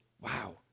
Wow